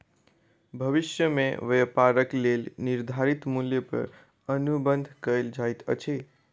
भविष्य में व्यापारक लेल निर्धारित मूल्य पर अनुबंध कएल जाइत अछि